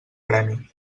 premi